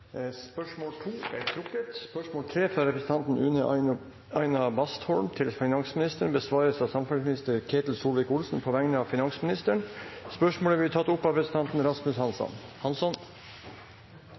er trukket. Dette spørsmålet, fra representanten Una Aina Bastholm til finansministeren, vil bli besvart av samferdselsministeren på vegne av finansministeren. Spørsmålet blir tatt opp av representanten Rasmus